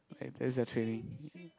like that's their training